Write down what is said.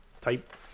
type